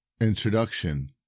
Introduction